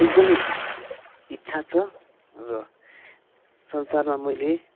एक्दमै इच्छा छ र संसारमा मैले